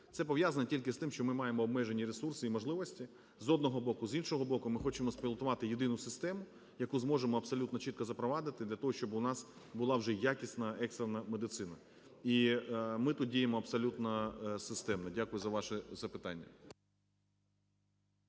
Це пов'язано тільки з тим, що ми маємо обмежені ресурси і можливості, з одного боку. З іншого боку, ми хочемо спілотувати єдину систему, яку зможемо абсолютно чітко запровадити для того, щоби у нас була вже якісна екстрена медицина. І ми тут діємо абсолютно системно. Дякую за ваше запитання.